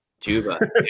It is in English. Juba